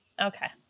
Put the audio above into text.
Okay